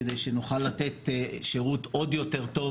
כדי שנוכל לתת שירות עוד יותר טוב.